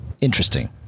interesting